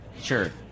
Sure